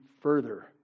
further